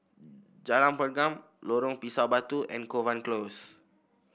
Jalan Pergam Lorong Pisang Batu and Kovan Close